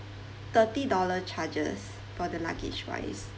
thirty dollar charges for the luggage wise